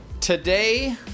today